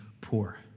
poor